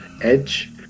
edge